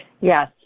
Yes